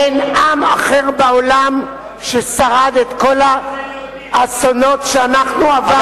אין עם אחר בעולם ששרד את כל האסונות שאנחנו עברנו,